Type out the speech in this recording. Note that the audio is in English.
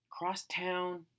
Crosstown